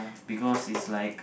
because it's like